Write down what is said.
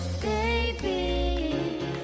Baby